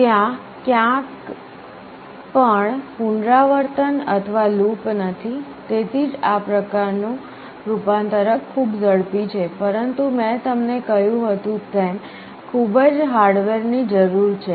ત્યાં ક્યાંય પણ પુનરાવર્તન અથવા લૂપ નથી તેથી જ આ પ્રકારનું રૂપાંતરક ખૂબ ઝડપી છે પરંતુ મેં તમને કહ્યું હતું તેમ ખૂબ જ હાર્ડવેરની જરૂર છે